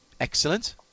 Excellent